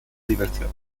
diversión